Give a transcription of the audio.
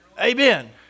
Amen